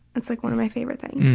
it's like one of my favourite things.